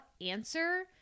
answer